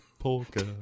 polka